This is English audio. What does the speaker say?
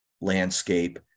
landscape